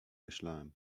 myślałem